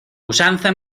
usanza